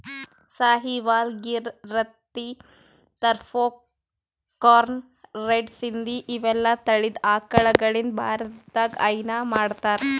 Sahiwal, Gir, Rathi, Tharparkar, red Sindhi ಇವೆಲ್ಲಾ ತಳಿದ್ ಆಕಳಗಳಿಂದ್ ಭಾರತದಾಗ್ ಹೈನಾ ಮಾಡ್ತಾರ್